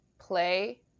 Play